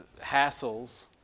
hassles